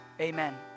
Amen